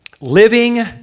living